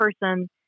person